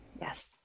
Yes